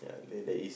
ya there there is